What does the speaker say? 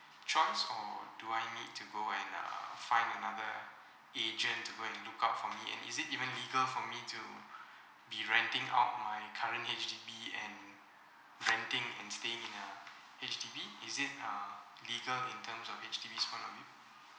choice or do I need to go and uh find another agent to go and look out for me and is it even legal for me to be renting out my current H_D_B and renting and staying in a H_D_B is it uh legal in terms of H_D_Bs point of view